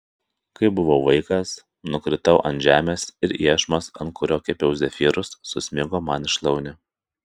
kai buvau vaikas nukritau ant žemės ir iešmas ant kurio kepiau zefyrus susmigo man į šlaunį